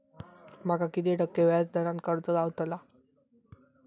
माका किती टक्के व्याज दरान कर्ज गावतला?